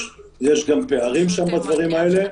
יש גם פערים בדברים האלה,